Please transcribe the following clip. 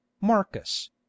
marcus